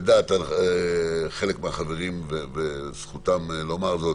לדעת חלק מהחברים וזכותם לומר זאת